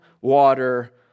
water